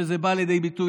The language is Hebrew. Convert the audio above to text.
שבא לידי ביטוי,